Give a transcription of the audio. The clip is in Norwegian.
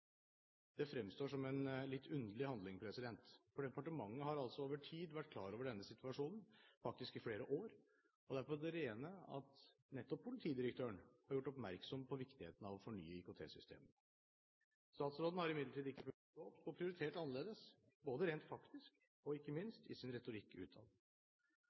fremstår som litt underlig. Departementet har altså over tid vært klar over denne situasjonen, faktisk i flere år, og det er på det rene at nettopp politidirektøren har gjort oppmerksom på viktigheten av å fornye IKT-systemet. Statsråden har imidlertid ikke fulgt opp og prioritert annerledes, rent faktisk og ikke minst i sin retorikk